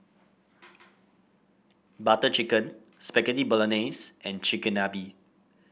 Butter Chicken Spaghetti Bolognese and Chigenabe